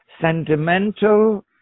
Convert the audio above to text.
sentimental